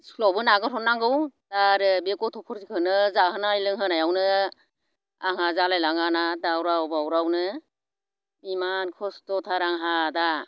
स्कुलावबो नागारहरनांगौ दा आरो बे गथ'फोरखौनो जाहोनाय लोंहोनायावनो आंहा जालायलाङा ना दावराव बावरावनो इमान खस्त'थार आंहा दा